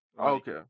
Okay